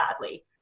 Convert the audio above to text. badly